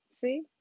See